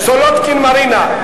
סולודקין מרינה,